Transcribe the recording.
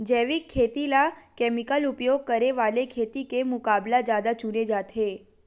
जैविक खेती ला केमिकल उपयोग करे वाले खेती के मुकाबला ज्यादा चुने जाते